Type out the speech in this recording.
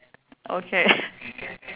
okay